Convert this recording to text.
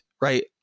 right